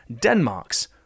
Denmark's